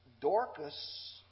Dorcas